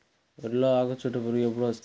వరిలో ఆకుచుట్టు పురుగు ఎప్పుడు వస్తుంది?